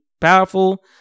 powerful